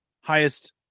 highest